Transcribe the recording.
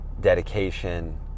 dedication